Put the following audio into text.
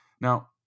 Now